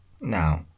Now